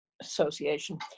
association